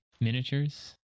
Miniatures